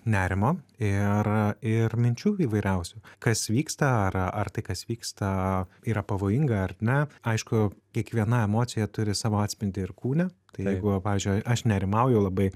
nerimo ir ir minčių įvairiausių kas vyksta ar ar tai kas vyksta yra pavojinga ar ne aišku kiekviena emocija turi savo atspindį ir kūne tai jeigu pavyzdžiui aš nerimauju labai